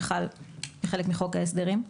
שחל כחלק מחוק ההסדרים.